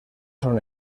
son